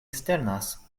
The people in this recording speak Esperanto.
sternas